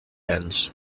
ends